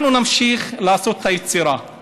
אנחנו נמשיך לעשות את היצירה.